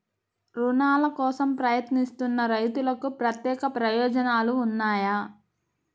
రుణాల కోసం ప్రయత్నిస్తున్న రైతులకు ప్రత్యేక ప్రయోజనాలు ఉన్నాయా?